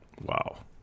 Wow